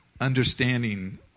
understanding